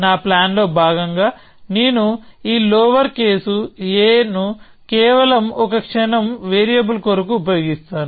నా ప్లాన్ లో భాగంగా నేను ఈ లోవర్ కేసు a ను కేవలం ఒక క్షణం వేరియబుల్ కొరకు ఉపయోగిస్తాను